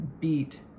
beat